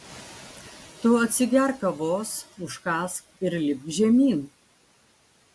tu atsigerk kavos užkąsk ir lipk žemyn